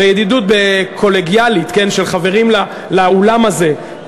בידידות קולגיאלית של חברים לאולם הזה,